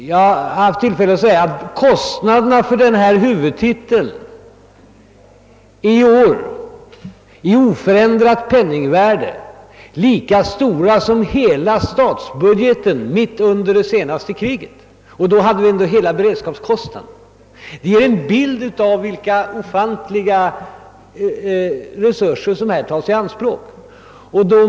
Jag har tidigare haft tillfälle att erinra om att kostnaderna för denna huvudtitel i år i oförändrat penningvärde är lika stora som hela statsbudgeten mitt under det senaste världskriget, och då hade vi ändå alla beredskapskostnader. Detta ger en bild av vilka ofantliga resurser som nu tas i anspråk på detta område.